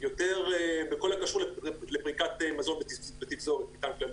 בכל הקשור לפריקת מזון בתפזורת, מטען כללי.